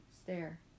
stare